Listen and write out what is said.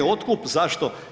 Otkup zašto?